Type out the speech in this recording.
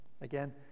Again